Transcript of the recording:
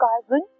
carbon